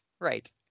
right